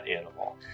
animal